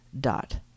dot